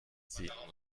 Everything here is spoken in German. ziehen